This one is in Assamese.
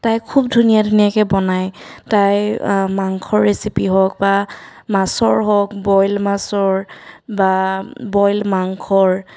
তাই খুব ধুনীয়া ধুনীয়াকৈ বনায় তাইৰ মাংসৰ ৰেচিপি হওক বা মাছৰ হওক বইল মাছৰ বা বইল মাংসৰ